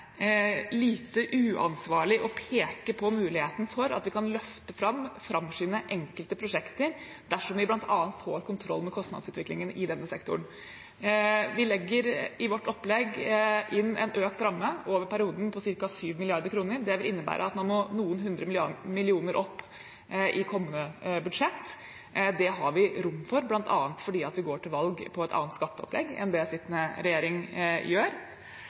lite uansvarlig å peke på muligheten for at vi kan framskynde enkelte prosjekter dersom vi bl.a. får kontroll på kostnadsutviklingen i denne sektoren. Vi legger i vårt opplegg inn en økt ramme for perioden på ca. 7 mrd. kr. Det vil innebære at man må noen hundre millioner kroner opp i kommende budsjett. Det har vi rom for, bl.a. fordi vi går til valg på et annet skatteopplegg enn det den sittende regjeringen gjør.